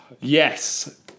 Yes